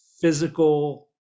physical